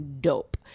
dope